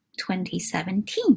2017